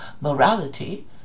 morality